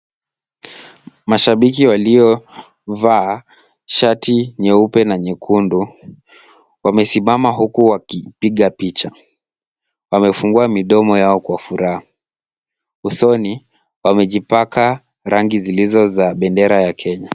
Mashabiki waliovaa shati nyeupe na nyekundu, wamesimama huku wakipiga picha. Wamefungua midomo yao kwa furaha. Usoni wamejipaka rangi zilizo za bendera ya Kenya.